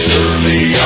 Surely